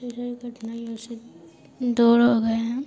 जो है कठिनाइयों से दूर हो गए हैं